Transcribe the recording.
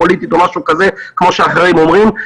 פוליטית או משהו כזה כמו שאחרים אומרים.